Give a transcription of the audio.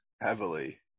heavily